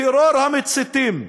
טרור המציתים,